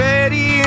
Ready